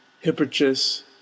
Hipparchus